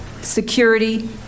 security